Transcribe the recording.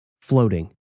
Floating